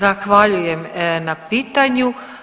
Zahvaljujem na pitanju.